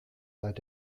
seit